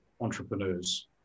entrepreneurs